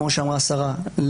כמו שאמרה השרה,